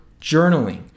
journaling